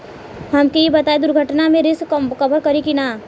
हमके ई बताईं दुर्घटना में रिस्क कभर करी कि ना?